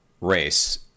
race